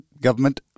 government